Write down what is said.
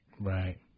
Right